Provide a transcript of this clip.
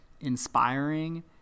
inspiring